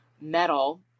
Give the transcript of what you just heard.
metal